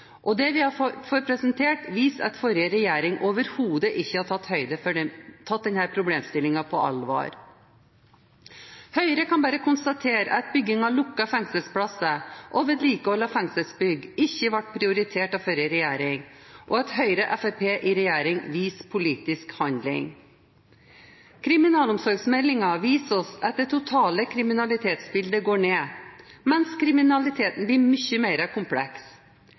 og det vi får presentert, viser at forrige regjering overhodet ikke har tatt denne problemstillingen på alvor. Høyre kan bare konstatere at bygging av lukkede fengselsplasser og vedlikehold av fengselsbygg ikke ble prioritert av forrige regjering, og at Høyre og Fremskrittspartiet i regjering viser politisk handling. Kriminalomsorgsmeldingen viser oss at det totale kriminalitetsbildet går ned mens kriminaliteten blir mye mer kompleks.